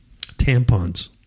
Tampons